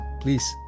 please